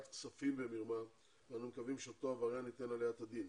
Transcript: כספים במרמה ואני מקווים שאותו עבריין ייתן עליה את הדין.